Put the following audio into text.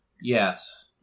Yes